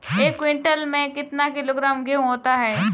एक क्विंटल में कितना किलोग्राम गेहूँ होता है?